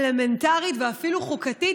אלמנטרית ואפילו חוקתית,